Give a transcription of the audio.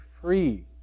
free